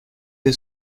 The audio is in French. est